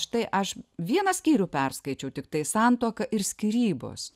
štai aš vieną skyrių perskaičiau tiktai santuoka ir skyrybos